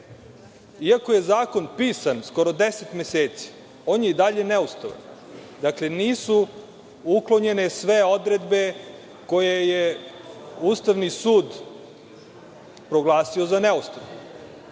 iako je zakon pisan skoro deset meseci, on je i dalje neustavan. Dakle, nisu uklonjene sve odredbe koje je Ustavni sud proglasio za neustavne. Dalje,